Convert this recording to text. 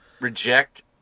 reject